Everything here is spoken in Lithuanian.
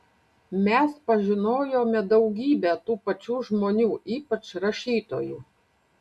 mes pažinojome daugybę tų pačių žmonių ypač rašytojų